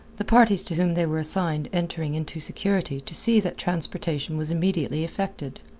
the parties to whom they were assigned entering into security to see that transportation was immediately effected.